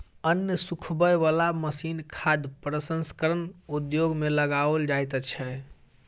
अन्न सुखबय बला मशीन खाद्य प्रसंस्करण उद्योग मे लगाओल जाइत छै